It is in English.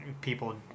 people